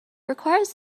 requires